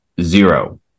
zero